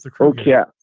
Okay